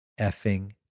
effing